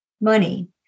money